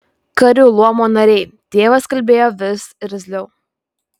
karių luomo nariai tėvas kalbėjo vis irzliau